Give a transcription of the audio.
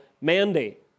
mandate